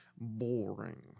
Boring